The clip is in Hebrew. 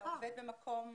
במקום ציבורי,